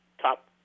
top